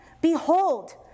behold